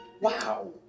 Wow